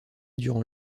durant